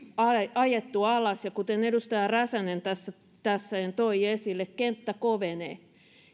ajettu alas ja kuten edustaja räsänen tässä tässä toi esille kenttä kovenee